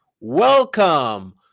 welcome